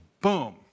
boom